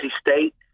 State